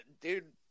dude